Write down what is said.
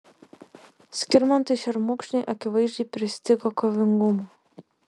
skirmantui šermukšniui akivaizdžiai pristigo kovingumo